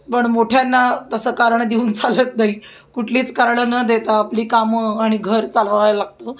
पण मोठ्यांना तसं कारण देऊन चालत नाही कुठलीच कारणं न देता आपली कामं आणि घर चालवायला लागतं